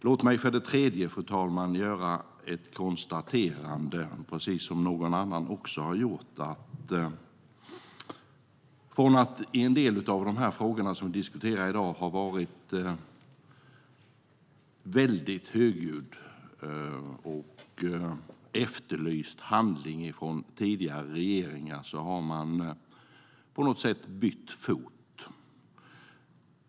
Låt mig för det tredje, fru talman, göra samma konstaterande som någon annan har gjort: Från att ha varit högljudd och efterlyst handling från tidigare regeringar i en del av de frågor som vi diskuterar i dag har regeringen på något sätt bytt fot.